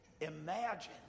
imagine